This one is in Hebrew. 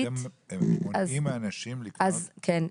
--- ואתם מונעים מאנשים לקנות --- אז כן.